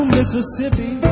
Mississippi